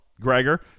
Gregor